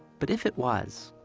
but if it was,